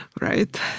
right